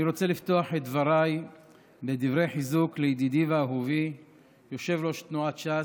אני רוצה לפתוח את דבריי בדברי חיזוק לידידי ואהובי יושב-ראש תנועת ש"ס,